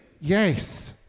yes